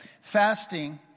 fasting